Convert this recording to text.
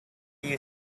you